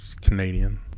Canadian